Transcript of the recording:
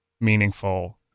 meaningful